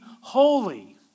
holy